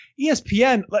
ESPN